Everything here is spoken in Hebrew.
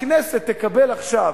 הכנסת תקבל עכשיו,